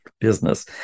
business